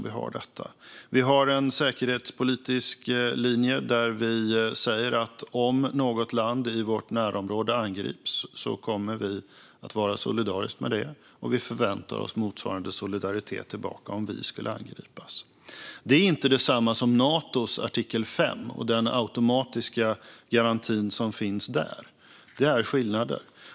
Vi har en säkerhetspolitisk linje där vi säger att om något land i vårt närområde angrips kommer vi att vara solidariska med det, och vi förväntar oss motsvarande solidaritet tillbaka om vi skulle angripas. Det är inte detsamma som Natos artikel 5 och den automatiska garanti som finns där. Det finns skillnader.